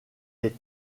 est